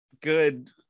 Good